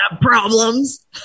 problems